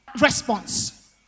response